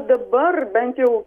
o dabar bent jau